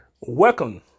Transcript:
Welcome